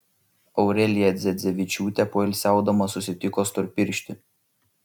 aurelija dzedzevičiūtė poilsiaudama susitiko storpirštį